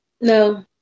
No